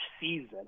season